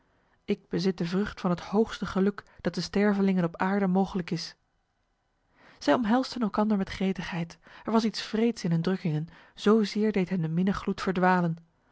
ik bezit de vrucht van het hoogste geluk dat de stervelingen op aarde mogelijk is zij omhelsden elkander met gretigheid er was iets wreeds in hun drukkingen zozeer deed hen de minnegloed verdwalen